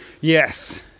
Yes